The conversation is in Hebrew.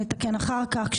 נתקן אחר כך.